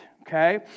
Okay